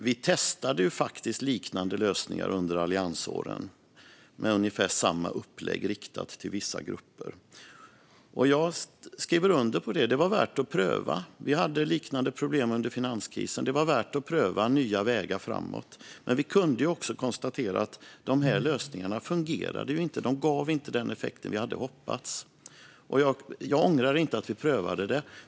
Vi testade faktiskt liknande lösningar under alliansåren med ungefär samma upplägg riktat till vissa grupper. Jag skriver under på att detta var värt att pröva. Vi hade liknande problem under finanskrisen, och det var värt att pröva nya vägar framåt. Men vi kunde också konstatera att dessa lösningar inte fungerade och inte gav den effekt som vi hade hoppats. Jag ångrar inte att vi prövade detta.